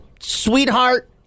Sweetheart